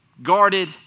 Guarded